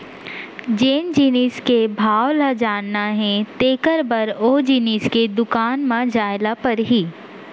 जेन जिनिस के भाव ल जानना हे तेकर बर ओ जिनिस के दुकान म जाय ल परही